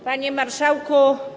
Panie Marszałku!